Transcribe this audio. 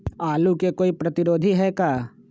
आलू के कोई प्रतिरोधी है का?